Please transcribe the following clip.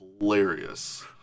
hilarious